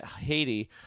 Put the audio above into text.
Haiti